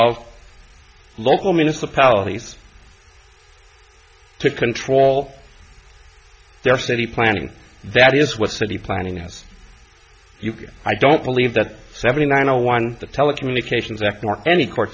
of local municipalities to control their city planning that is what city planning and i don't believe that seventy nine zero one the telecommunications act or any court